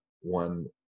one